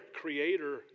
Creator